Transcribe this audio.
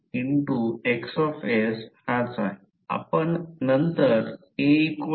तर flux density in material flux density in vacuum